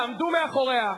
תעמדו מאחוריה,